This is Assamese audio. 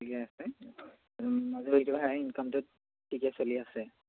ঠিকে আছে ইনকামটোত ঠিকে চলি আছে